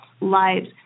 lives